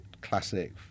classic